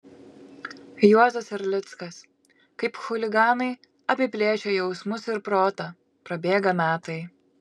juozas erlickas kaip chuliganai apiplėšę jausmus ir protą prabėga metai